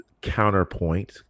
counterpoint